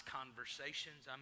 conversations